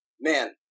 man